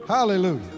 Hallelujah